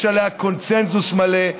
יש עליה קונסנזוס מלא.